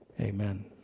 Amen